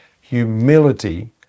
Humility